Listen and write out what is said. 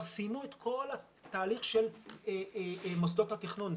סיימו את כל התהליך של מוסדות התכנון.